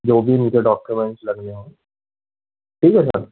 जो भी मुझे डॉक्यूमेंट्स लगने हों ठीक है सर